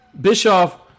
bischoff